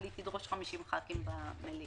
אבל היא תדרוש 50 חברי כנסת במליאה.